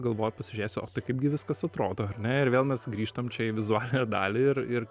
galvoju pasižiūrėsiu o tai kaipgi viskas atrodo ar ne ir vėl mes grįžtam čia į vizualią dalį ir ir